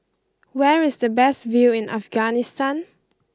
where is the best view in Afghanistan